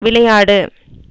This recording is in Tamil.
விளையாடு